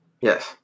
Yes